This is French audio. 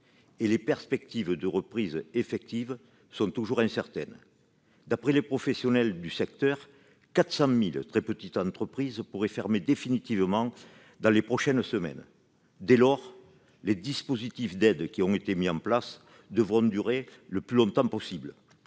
et les perspectives de reprise effective sont toujours incertaines. D'après les professionnels du secteur, 400 000 très petites entreprises pourraient fermer définitivement dans les prochaines semaines. Dès lors, les dispositifs d'aide qui ont été mis en place devront durer le plus longtemps possible.